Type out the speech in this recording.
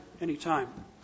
anytime